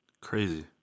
crazy